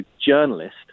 journalist